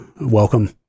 welcome